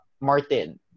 Martin